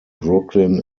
brooklyn